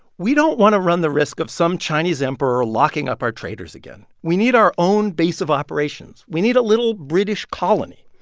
we don't want to run the risk of some chinese emperor locking up our traders again. we need our own base of operations. we need a little british colony.